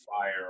fire